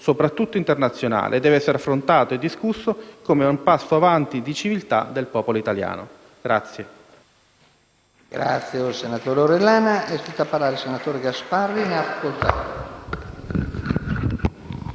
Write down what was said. soprattutto internazionale e deve essere affrontato e discusso come un passo avanti nella civiltà del popolo italiano.